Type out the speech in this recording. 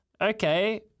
Okay